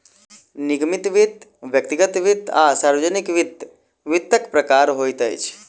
निगमित वित्त, व्यक्तिगत वित्त आ सार्वजानिक वित्त, वित्तक प्रकार होइत अछि